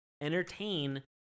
entertain